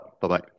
Bye-bye